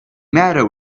matter